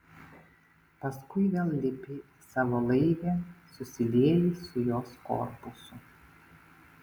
paskui vėl lipi į savo laivę susilieji su jos korpusu